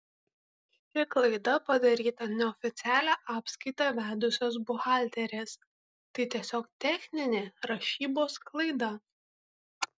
ši klaida padaryta neoficialią apskaitą vedusios buhalterės tai tiesiog techninė rašybos klaida